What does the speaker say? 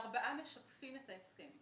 ארבעה משקפים את ההסכם.